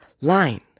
line